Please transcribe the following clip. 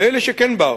לאלה שכן באו.